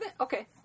Okay